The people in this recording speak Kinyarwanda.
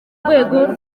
rwego